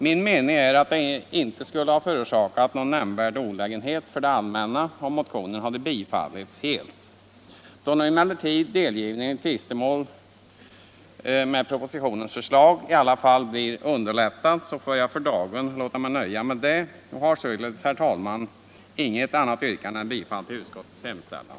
Min mening är att det inte skulle ha förorsakat någon nämnvärd olägenhet för det allmänna om motionen bifallits. Då nu emellertid delgivningen i tvistemål med propositionens förslag i alla fall blir underlättad, får jag för dagen låta mig nöja med detta och har således, herr talman, inget annat yrkande än om bifall till utskottets hemställan.